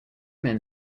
men